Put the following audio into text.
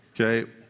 Okay